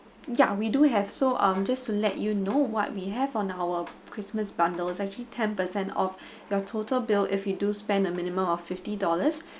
ya we do have so um just to let you know what we have on our christmas bundle is actually ten percent of your total bill if you do spend a minimum of fifty dollars